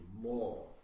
more